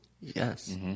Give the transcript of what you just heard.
Yes